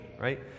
right